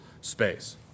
space